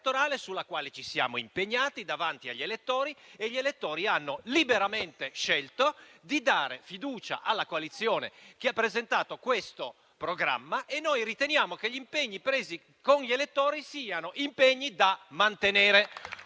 sulla quale ci siamo impegnati davanti agli elettori. Gli elettori hanno liberamente scelto di dare fiducia alla coalizione che ha presentato questo programma e noi riteniamo che gli impegni presi con gli elettori siano impegni da mantenere.